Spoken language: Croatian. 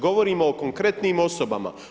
Govorimo o konkretnim osobama.